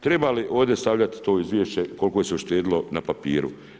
Treba li ovdje stavljati to izvješće, koliko se uštedilo na papiru?